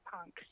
punk